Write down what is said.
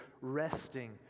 resting